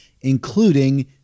including